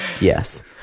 Yes